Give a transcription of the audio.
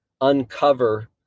uncover